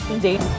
Indeed